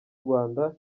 rwanda